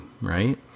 right